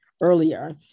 earlier